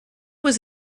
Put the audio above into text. was